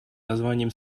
названием